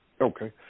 Okay